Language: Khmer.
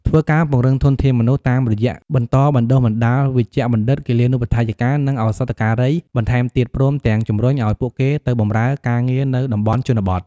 ធ្វើការពង្រឹងធនធានមនុស្ស តាមរយះបន្តបណ្ដុះបណ្ដាលវេជ្ជបណ្ឌិត គិលានុបដ្ឋាយិកា និងឱសថការីបន្ថែមទៀត ព្រមទាំងជំរុញឱ្យពួកគេទៅបម្រើការងារនៅតំបន់ជនបទ។